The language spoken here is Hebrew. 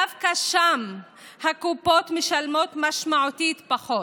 דווקא שם הקופות משלמות משמעותית פחות.